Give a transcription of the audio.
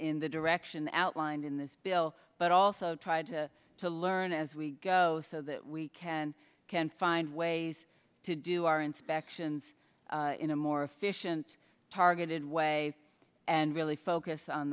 in the direction outlined in this bill but also try to to learn as we go so that we can can find ways to do our inspections in a more efficient targeted way and really focus on